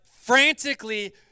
frantically